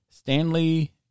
Stanley